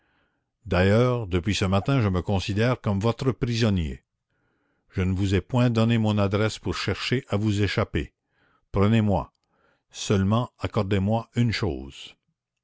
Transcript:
d'ailleurs depuis ce matin je me considère comme votre prisonnier je ne vous ai point donné mon adresse pour chercher à vous échapper prenez-moi seulement accordez-moi une chose